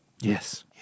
Yes